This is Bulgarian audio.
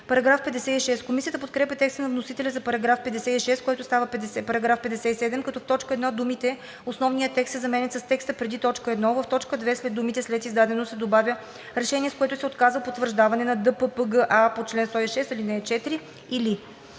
става § 52. Комисията подкрепя текста на вносителя за § 56, който става § 53, като в т. 1 думите „основния текст“ се заменят с „текста преди т. 1“, а в т. 2 след думите „след издадено“ се добавя „решение, с което се отказва потвърждаване на ДППГА по чл. 106, ал. 4, или“.“